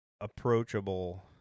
approachable